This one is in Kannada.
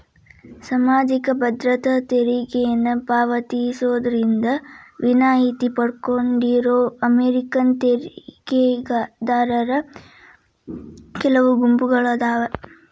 ಸಾಮಾಜಿಕ ಭದ್ರತಾ ತೆರಿಗೆನ ಪಾವತಿಸೋದ್ರಿಂದ ವಿನಾಯಿತಿ ಪಡ್ಕೊಂಡಿರೋ ಅಮೇರಿಕನ್ ತೆರಿಗೆದಾರರ ಕೆಲವು ಗುಂಪುಗಳಾದಾವ